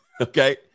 Okay